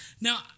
Now